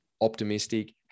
optimistic